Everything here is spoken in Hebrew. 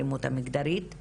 האלימות המגדרית,